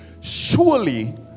Surely